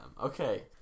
Okay